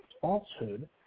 falsehood